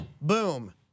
Boom